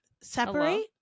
Separate